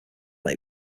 that